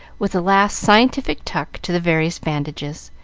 with a last scientific tuck to the various bandages,